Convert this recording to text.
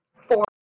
Four